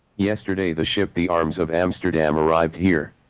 yesterday the ship the arms of amsterdam arrived here.